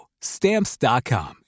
Stamps.com